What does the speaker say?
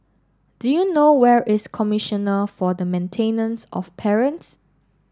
do you know where is Commissioner for the Maintenance of Parents